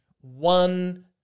One